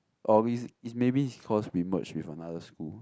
or it's it's maybe it's cause we merge with another school